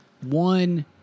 one